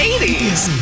80s